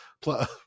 plus